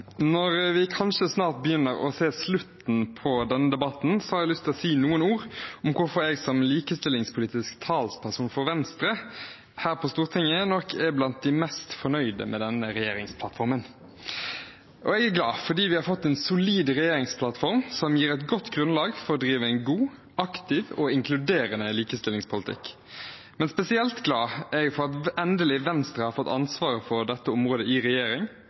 Når vi kanskje snart begynner å se slutten på denne debatten, har jeg lyst til å si noen ord om hvorfor jeg som likestillingspolitisk talsperson for Venstre her på Stortinget nok er blant de mest fornøyde med denne regjeringsplattformen. Jeg er glad fordi vi har fått en solid regjeringsplattform som gir et godt grunnlag for å drive en god, aktiv og inkluderende likestillingspolitikk. Spesielt glad er jeg for at Venstre endelig har fått ansvaret for dette området i regjering,